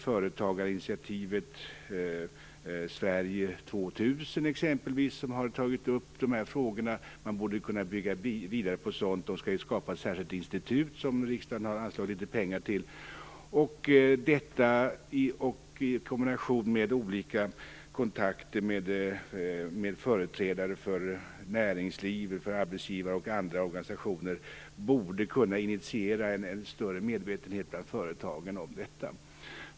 Företagarinitiativet Sverige 2000 har t.ex. tagit upp de här frågorna, och sådant borde man kunna bygga vidare på. De skall också skapa ett särskilt institut, som riksdagen har anslagit litet pengar till. Detta i kombination med olika kontakter med företrädare för näringsliv samt arbetsgivar och andra organisationer borde kunna initiera en större medvetenhet bland företagen om detta.